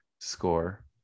score